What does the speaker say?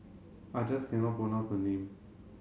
I just cannot pronounce the name